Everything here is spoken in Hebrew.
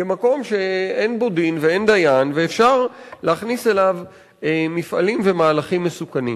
כמקום שאין בו דין ואין דיין ואפשר להכניס אליו מפעלים ומהלכים מסוכנים.